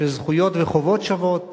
של זכויות וחובות שוות